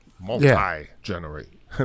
multi-generate